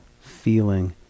feeling